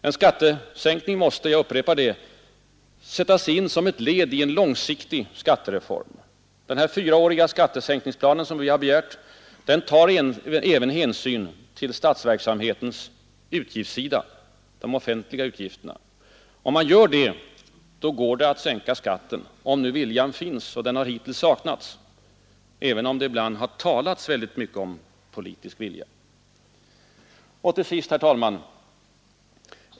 En skattesänkning måste — jag upprepar det — sättas in som ett led i en långsiktig skattereform. Den fyraåriga skattesänkningsplan som vi har begärt skall även ta hänsyn till statsverksamhetens utgiftssida — de offentliga utgifterna. Om man gör det, går det att sänka skatten, om viljan finns. Den har hittills saknats, även om det ibland talats väldigt mycket om politisk vilja.